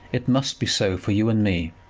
it must be so for you and me.